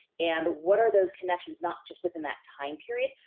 and, what are those connections, not just within that time period,